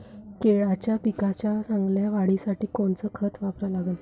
केळाच्या पिकाच्या चांगल्या वाढीसाठी कोनचं खत वापरा लागन?